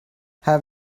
have